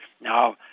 Now